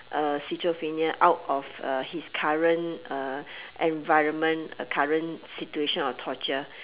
uh schizophrenia out of uh his current uh environment uh current situation or torture